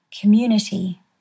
community